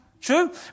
True